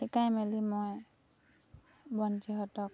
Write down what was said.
শিকাই মেলি মই ভন্টিহঁতক